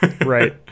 right